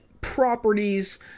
properties